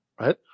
right